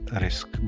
risk